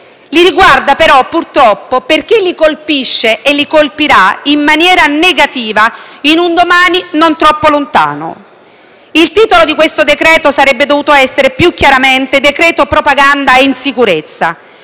Li riguarda però, purtroppo, perché li colpisce e li colpirà in maniera negativa in un domani non troppo lontano. Il titolo di questo decreto-legge sarebbe dovuto essere, più chiaramente, decreto propaganda e insicurezza,